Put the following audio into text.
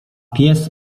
pies